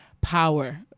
power